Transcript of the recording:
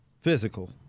physical